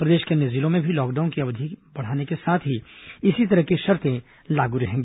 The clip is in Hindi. प्रदेश के अन्य जिलों में भी लॉकडाउन की अवधि बढ़ाने के साथ ही इसी तरह की शर्ते लागू रहेंगी